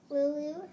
Lulu